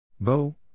Bo